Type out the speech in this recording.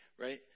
Right